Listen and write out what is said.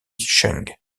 cheng